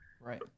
right